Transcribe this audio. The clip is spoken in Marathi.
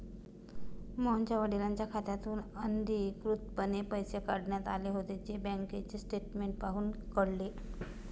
मोहनच्या वडिलांच्या खात्यातून अनधिकृतपणे पैसे काढण्यात आले होते, जे बँकेचे स्टेटमेंट पाहून कळले